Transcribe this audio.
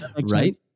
right